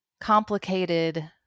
complicated